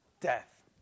death